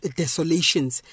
desolations